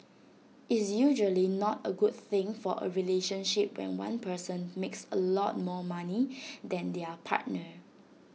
it's usually not A good thing for A relationship when one person makes A lot more money than their partner